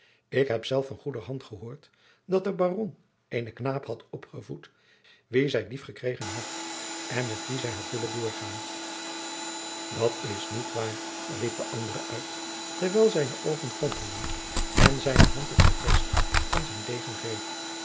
ik heb zelf van goederhand gehoord dat de baron eenen knaap had opgevoed wien zij lief gekregen had en met wien zij had willen doorgaan dat is niet waar riep de andere uit terwijl zijne oogen vonkelden en zijne hand het gevest van zijn degen greep